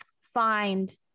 find